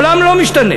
העולם לא משתנה.